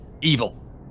evil